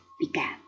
began